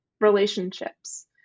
relationships